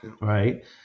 right